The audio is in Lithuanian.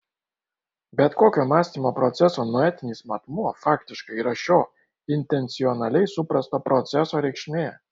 bet kokio mąstymo proceso noetinis matmuo faktiškai yra šio intencionaliai suprasto proceso reikšmė